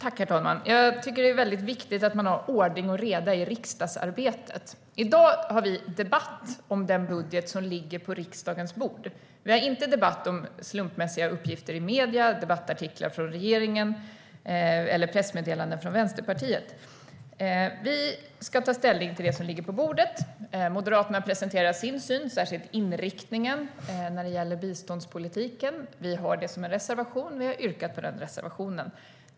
Herr talman! Jag tycker att det är väldigt viktigt att man har ordning och reda i riksdagsarbetet. I dag har vi debatt om den budget som ligger på riksdagens bord. Vi har inte debatt om slumpmässiga uppgifter i medierna, debattartiklar från regeringen eller pressmeddelanden från Vänsterpartiet. Vi ska ta ställning till det som ligger på bordet. Moderaterna presenterar sin syn, särskilt inriktningen när det gäller biståndspolitiken. Vi har det som en reservation, och vi har yrkat på den reservationen.